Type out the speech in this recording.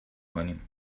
کنیم